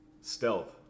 Stealth